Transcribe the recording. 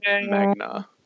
Magna